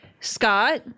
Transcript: Scott